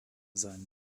sein